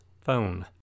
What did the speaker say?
phone